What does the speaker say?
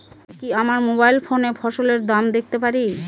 আমি কি আমার মোবাইল ফোনে ফসলের দাম দেখতে পারি?